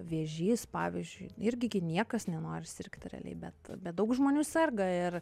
vėžys pavyzdžiui irgi gi niekas nenori sirgti realiai bet bet daug žmonių serga ir